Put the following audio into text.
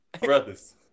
Brothers